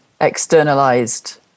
externalized